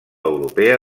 europea